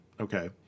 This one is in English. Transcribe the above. okay